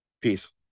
Peace